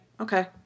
Okay